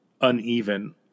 uneven